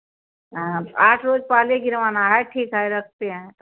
हाँ आठ रोज पहले गिरवाना है ठीक है रखते हैं तो